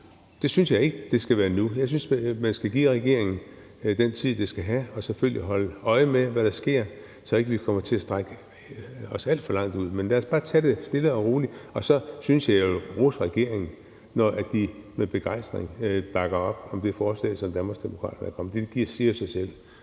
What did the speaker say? nu, synes jeg ikke. Jeg synes, man skal give regeringen den tid, det skal have, og selvfølgelig holde øje med, hvad der sker, så vi ikke kommer til at strække os alt for langt ud. Men lad os bare tage det stille og roligt, og så synes jeg jo, jeg vil rose regeringen, når de med begejstring bakker op om det forslag, som Danmarksdemokraterne er kommet